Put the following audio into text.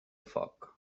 foc